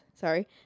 Sorry